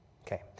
Okay